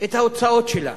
את ההוצאות שלה